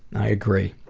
i agree.